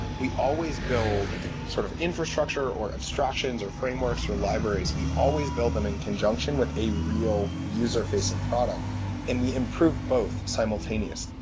we always build sort of infrastructure, or abstractions, or frameworks, or libraries. we always build them in conjunction with a real user-facing product and we improve both simultaneous.